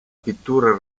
pittura